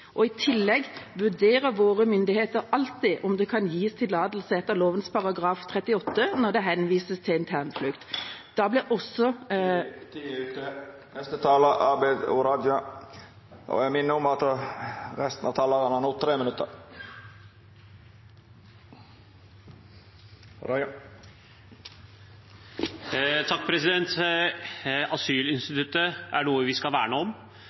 I tillegg vurderer våre myndigheter alltid om det kan gis tillatelse etter utlendingsloven § 38 når det henvises til internflukt. Da blir også … Taletida er ute. Neste talar er Abid Q. Raja. Presidenten minner om at dei talarane som heretter får ordet, har ei taletid på inntil 3 minutt. Asylinstituttet er noe vi skal verne om.